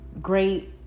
great